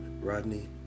Rodney